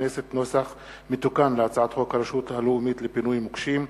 נוסח מתוקן של הצעת חוק הרשות הלאומית לפינוי מוקשים,